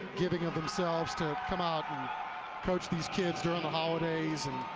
giving of themselves to come out and coach these kids during the holidays, and,